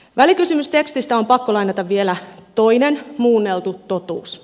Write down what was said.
välikysymystekstistä on pakko lainata vielä toinen muunneltu totuus